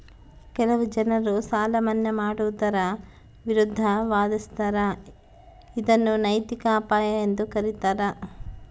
ಕೆಲವು ಜನರು ಸಾಲ ಮನ್ನಾ ಮಾಡುವುದರ ವಿರುದ್ಧ ವಾದಿಸ್ತರ ಇದನ್ನು ನೈತಿಕ ಅಪಾಯ ಎಂದು ಕರೀತಾರ